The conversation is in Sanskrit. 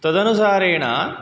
तदनुसारेण